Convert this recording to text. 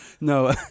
No